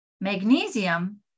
magnesium